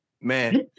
Man